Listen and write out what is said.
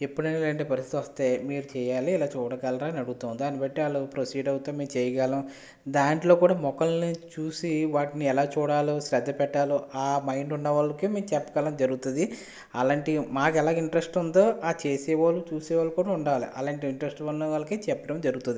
ఎప్పుడైనా ఇలాంటి పరిస్థితి వస్తే మీరు చేయాలి ఇలా చూడగలరా అని అడుగుతాము దాన్నిబట్టి వాళ్ళు ప్రొసీడ్ అయితే మేము చేయగలము దాంట్లో కూడా మొక్కలని చూసి వాటిని ఎలా చూడాలో శ్రద్ధ పెట్టాలో ఆ మైండ్ ఉన్న వాళ్ళకి మేము చెప్పగలం జరుగుతుంది అలాంటి మాకు ఎలాగా ఇంట్రెస్ట్ ఉందో ఆ చేసే వాళ్ళు చూసేవాళ్ళు కూడా ఉండాలి అలాంటి ఇంటరెస్ట్ ఉన్నవాళ్ళకే చెప్పడం జరుగుతుంది